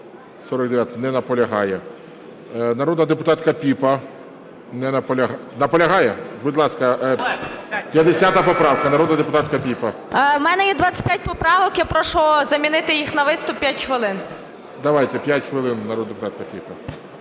49-а. Не наполягає. Народна депутатка Піпа. Наполягає? Будь ласка, 50 поправка народна депутатка Піпа. 16:09:10 ПІПА Н.Р. У мене є 25 поправок, я прошу замінити їх на виступ 5 хвилин. ГОЛОВУЮЧИЙ. Давайте 5 хвилин, народна депутатка Піпа.